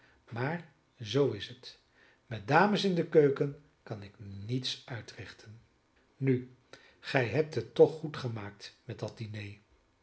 maar zoo is het met dames in de keuken kan ik niets uitrichten nu gij hebt het toch goed gemaakt met dat diner